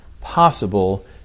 possible